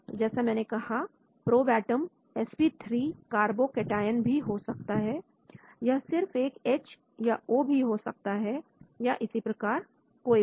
तो जैसा मैंने कहा probe atom sp3 carbo cation भी हो सकता है यह सिर्फ एक H या O भी हो सकता है या इसी प्रकार कोई भी